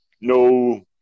no